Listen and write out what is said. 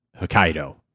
Hokkaido